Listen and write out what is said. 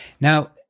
Now